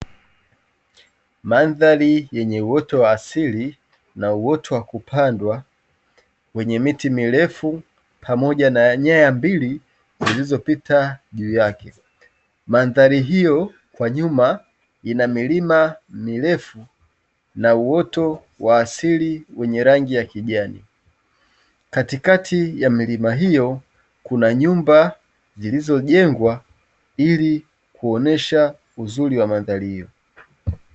Mandhari yenye uoto wa asili na uoto wa kupandwa wenye miti mirefu pamoja na nyaya mbili zilizopita juu yake. Mandhari hio kwa nyuma ina milima mirefu na uoto wa asili wenye rangi ya kijani, katikati ya milima hio kuna nyumba zilizo jengwa ilikuonyesha uzuri wa mandhari hio.